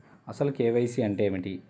అసలు కే.వై.సి అంటే ఏమిటి?